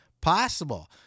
Possible